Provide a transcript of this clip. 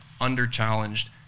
under-challenged